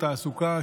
תעסוקה,